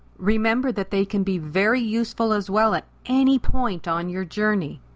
remember that they can be very useful as well at any point on your journey.